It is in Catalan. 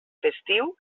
festiu